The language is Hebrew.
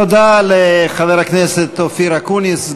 תודה לחבר הכנסת אופיר אקוניס,